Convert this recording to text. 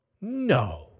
No